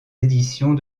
éditions